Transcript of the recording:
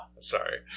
Sorry